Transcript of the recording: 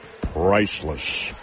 priceless